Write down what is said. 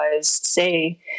say